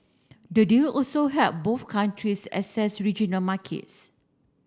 the deal also help both countries access regional markets